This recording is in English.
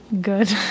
Good